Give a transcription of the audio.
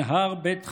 אל הר בית חיינו,